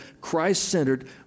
Christ-centered